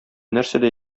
нәрсәдә